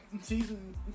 season